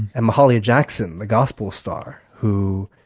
and mahalia jackson, the gospel star who,